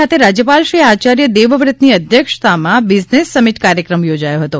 ખાતે રાજ્યપાલ શ્રી આયાર્ય દેવવ્રતની અધ્યક્ષતામાં બિઝનેસ સમિટ કાર્યક્રમ થોજાયો હતો